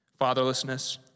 fatherlessness